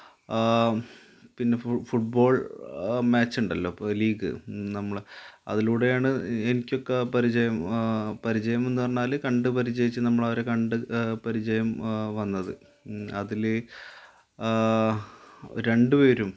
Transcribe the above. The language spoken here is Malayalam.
പിന്നെ ഫുട്ബോൾ മാച്ചുണ്ടല്ലോ ഇപ്പോള് ലീഗ് നമ്മള് അതിലൂടെയാണ് എനിക്കൊക്കെ പരിചയം പരിചയംഎന്നു പറഞ്ഞാല് കണ്ടുപരിചയിച്ച് നമ്മളവരെക്കണ്ട് പരിചയം വന്നത് അതില് രണ്ട് പേരും